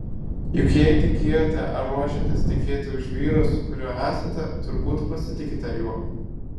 juk jei tekėjote ar ruošiatės tekėti už vyro su kuriuo esate turbūt pasitikite juo